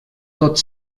tot